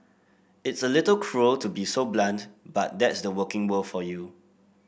it's a little cruel to be so blunt but that's the working world for you